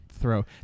throw